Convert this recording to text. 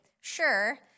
sure